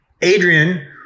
Adrian